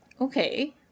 Okay